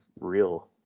real